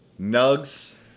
Nugs